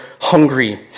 hungry